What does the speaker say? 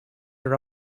her